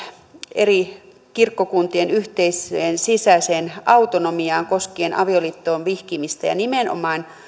eri kirkkokuntien yhteiseen sisäiseen autonomiaan koskien avioliittoon vihkimistä nimenomaan